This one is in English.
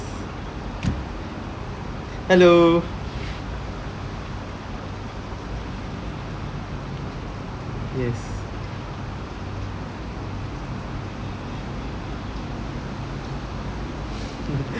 hello yes